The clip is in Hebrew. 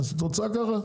רצפה.